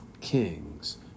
kings